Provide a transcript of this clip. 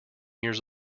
years